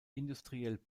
industriell